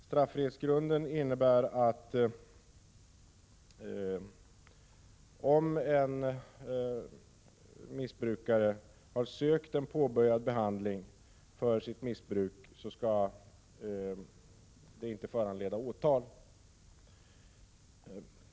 Straffrihetsgrunden innebär att om en missbrukare har sökt behandling för sitt missbruk så skall det inte föranleda åtal.